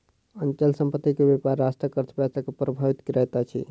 अचल संपत्ति के व्यापार राष्ट्रक अर्थव्यवस्था के प्रभावित करैत अछि